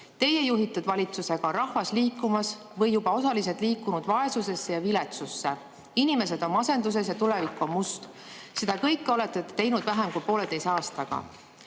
Teie juhitud valitsusega on rahvas liikumas või juba osaliselt liikunud vaesusesse ja viletsusse. Inimesed on masenduses ja tulevik on must. Seda kõike olete te teinud vähem kui pooleteise aastaga.